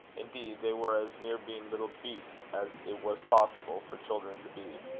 indeed, they were as near being little beasts as it was possible for children to be.